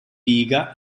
liga